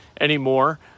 anymore